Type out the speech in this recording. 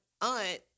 aunt